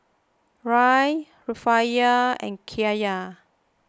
Riel Rufiyaa and Kyat